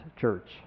church